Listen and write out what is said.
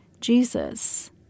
Jesus